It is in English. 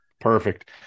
Perfect